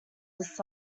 this